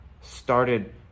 started